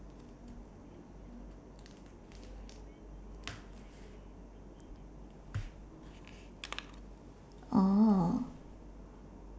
oh